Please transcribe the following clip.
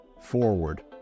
forward